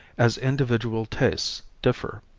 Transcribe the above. as individual tastes differ.